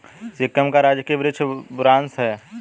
सिक्किम का राजकीय वृक्ष बुरांश है